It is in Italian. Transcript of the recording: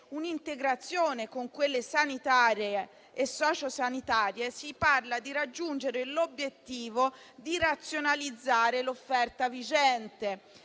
un'integrazione con quelle sanitarie e sociosanitarie, si parla di raggiungere l'obiettivo di razionalizzare l'offerta vigente.